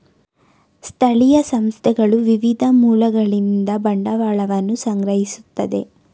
ಸ್ಥಳೀಯ ಸಂಸ್ಥೆಗಳು ವಿವಿಧ ಮೂಲಗಳಿಂದ ಬಂಡವಾಳವನ್ನು ಸಂಗ್ರಹಿಸುತ್ತದೆ